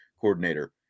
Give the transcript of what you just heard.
coordinator